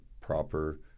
proper